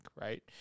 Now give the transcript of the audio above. right